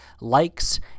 likes